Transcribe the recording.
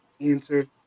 answered